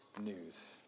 news